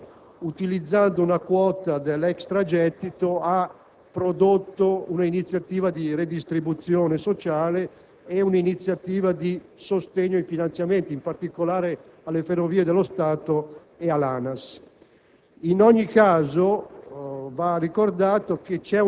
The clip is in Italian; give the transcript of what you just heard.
il decreto approvato a giugno che, come noto, utilizzando una quota dell'extragettito, ha prodotto un'iniziativa di redistribuzione sociale e di sostegno ai finanziamenti (in particolare, alle Ferrovie dello Stato e all'ANAS).